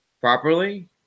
properly